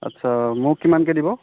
আচ্ছা মোক কিমানকৈ দিব